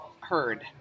heard